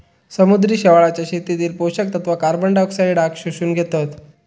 समुद्री शेवाळाच्या शेतीतली पोषक तत्वा कार्बनडायऑक्साईडाक शोषून घेतत